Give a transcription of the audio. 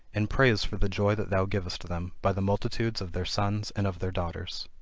and praise for the joy that thou givest them, by the multitudes of their sons and of their daughters.